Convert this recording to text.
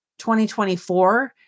2024